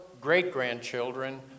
great-grandchildren